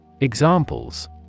Examples